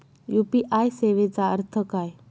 UPI सेवेचा अर्थ काय?